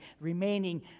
remaining